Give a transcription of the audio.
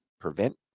prevent